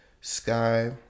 Sky